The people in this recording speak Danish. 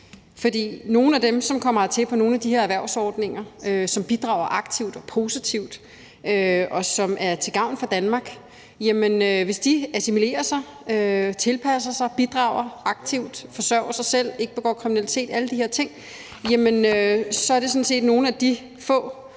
til nogle af de få, som kommer hertil på de her erhvervsordninger, bidrager aktivt og positivt, er til gavn for Danmark, assimilerer sig, tilpasser sig, bidrager aktivt, forsørger sig selv, ikke begår kriminalitet, alle de her ting – altså forudsat, at de